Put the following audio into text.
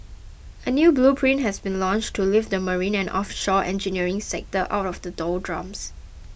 a new blueprint has been launched to lift the marine and offshore engineering sector out of the doldrums